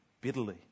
bitterly